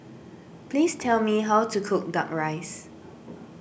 please tell me how to cook Duck Rice